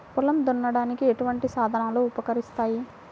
పొలం దున్నడానికి ఎటువంటి సాధనలు ఉపకరిస్తాయి?